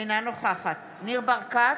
אינה נוכחת ניר ברקת,